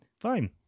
Fine